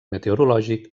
meteorològic